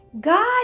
God